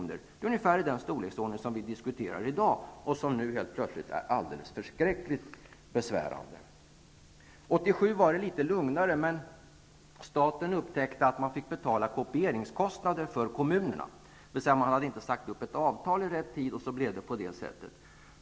Det är en besparing i ungefär den storleksordning som vi diskuterar i dag, och som nu helt plötsligt är alldeles förskräckligt besvärande. År 1987 var det litet lugnare. Staten upptäckte att man fick betala kopieringskostnader för kommunerna. Man hade inte sagt upp ett avtal i rätt tid, och då blev det på det sättet.